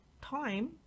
time